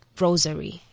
rosary